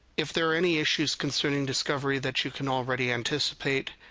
if there are any issues concerning discovery that you can already anticipate,